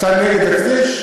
אתה נגד הכביש?